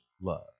love